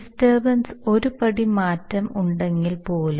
disturbance ഒരു പടി മാറ്റം ഉണ്ടെങ്കിൽ പോലും